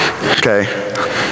Okay